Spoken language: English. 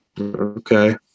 Okay